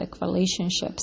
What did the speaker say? relationships